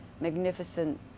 magnificent